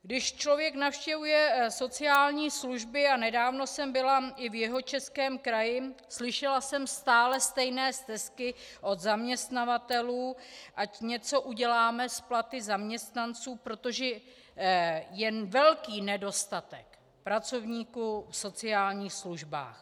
Když člověk navštěvuje sociální služby a nedávno jsem byla i v Jihočeském kraji, slyšela jsem stále stejné stesky od zaměstnavatelů, ať něco uděláme s platy zaměstnanců, protože je velký nedostatek pracovníků v sociálních službách.